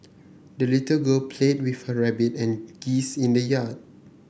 the little girl played with her rabbit and geese in the yard